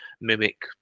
mimic